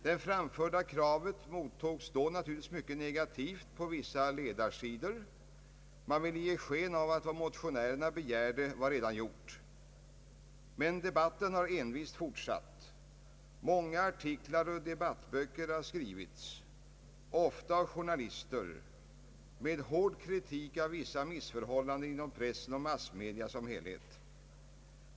Det framförda kravet mottogs naturligtvis mycket negativt på vissa ledarsidor. Man ville ge sken av att vad motionärerna begärde redan var gjort. Men debatten har envist fortsatt. Många artiklar och debattböcker har skrivits — ofta av journalister — med hård kritik av vissa missförhållanden inom pressen och massmedia som helhet.